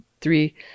three